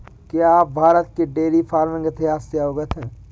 क्या आप भारत के डेयरी फार्मिंग इतिहास से अवगत हैं?